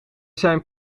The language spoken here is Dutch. zijn